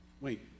wait